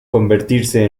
convertirse